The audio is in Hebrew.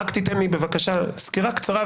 רק תן לי בבקשה סקירה קצרה,